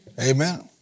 Amen